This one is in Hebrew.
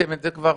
תיקנתם את זה כבר?